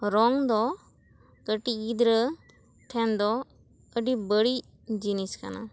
ᱨᱚᱝ ᱫᱚ ᱠᱟᱹᱴᱤᱡ ᱜᱤᱫᱽᱨᱟᱹ ᱴᱷᱮᱱ ᱫᱚ ᱟᱹᱰᱤ ᱵᱟᱹᱲᱤᱡ ᱡᱤᱱᱤᱥ ᱠᱟᱱᱟ